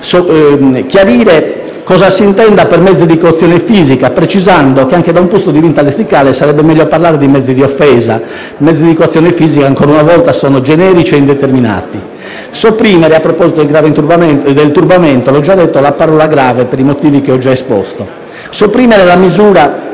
chiarire cosa si intenda per «mezzi di coazione fisica», precisando che anche da un punto di vista lessicale sarebbe meglio parlare di «mezzi di offesa» dato che i mezzi di coazione fisica, ancora una volta, sono generici e indeterminati; sopprimere, a proposito del «turbamento», l'aggettivo «grave» per i motivi che ho già esposto; sopprimere la misura